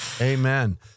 Amen